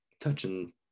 Touching